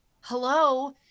hello